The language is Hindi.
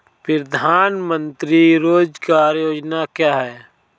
प्रधानमंत्री रोज़गार योजना क्या है?